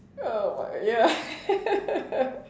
uh what ya